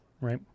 right